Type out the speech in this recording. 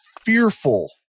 fearful